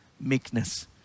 meekness